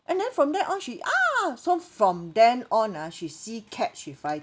and then from then on she ah so from then on ah she see cat she frighten